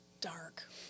dark